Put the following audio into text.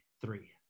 three